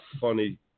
funny